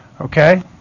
Okay